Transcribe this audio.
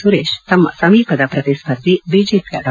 ಸುರೇಶ್ ತಮ್ಮ ಸಮೀಪದ ಪ್ರತಿಸ್ಥರ್ಧಿ ಬಿಜೆಪಿಯ ಡಾ